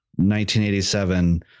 1987